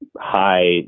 high